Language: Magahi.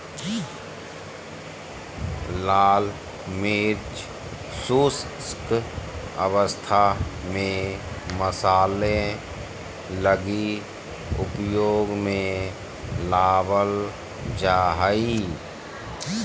लाल मिर्च शुष्क अवस्था में मसाले लगी उपयोग में लाबल जा हइ